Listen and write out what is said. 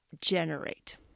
generate